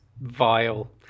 vile